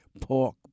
Pork